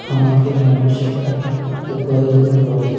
আমাকে রান্না শেখার উপায়গুলো বলো